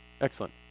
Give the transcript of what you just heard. excellent